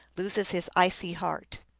loses his icy heart.